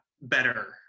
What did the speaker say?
better